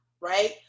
Right